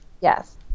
yes